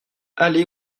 allés